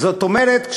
זאת אומרת,